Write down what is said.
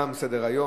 תם סדר-היום.